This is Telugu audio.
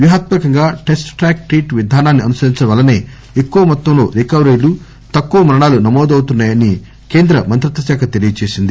వ్యూహాత్మ కంగా టెస్ట్ ట్రాక్ ట్రీట్ విధానాన్ని అనుసరించడం వల్లనే ఎక్కువ మొత్తంలో రికవరీలు తక్కువ మరణాలు నమోదౌతున్నా యని కేంద్ర మంత్రిత్వశాఖ తెలియజేసింది